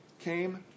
came